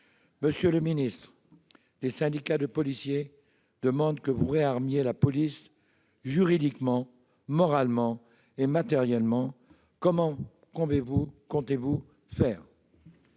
Monsieur le ministre, les syndicats de policiers demandent que vous réarmiez la police juridiquement, moralement et matériellement. Comment comptez-vous faire ?